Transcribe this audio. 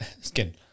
Skin